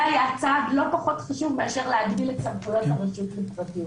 זה היה צעד לא פחות חשוב מאשר סמכויות הרשות לפרטיות.